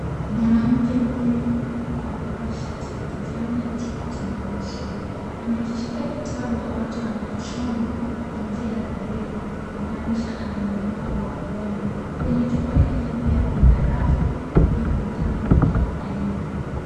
Mwanamke huyu amevaa shati ya kijani na sketi nyeusi. Amekishika kitabu ambacho anakisoma kwa njia ya breilli kumaanisha ana ulemavu wa kuona. Kwenye chumba hiki pia kuna rafu iliyo na vitabu vya kila aina.